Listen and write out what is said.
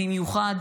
במיוחד